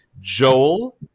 joel